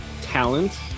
talent